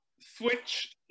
switch